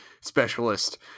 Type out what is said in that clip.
specialist